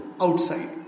Outside